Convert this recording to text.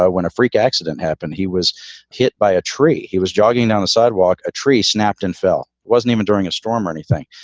when a freak accident happened, he was hit by a tree. he was jogging on the sidewalk. a tree snapped and fell. wasn't even during a storm or anything.